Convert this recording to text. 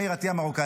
מאיר עטייה מרוקאי,